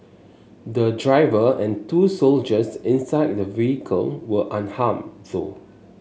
the driver and two soldiers inside the vehicle were unharmed though